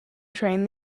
train